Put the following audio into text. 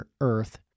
earth